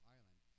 Island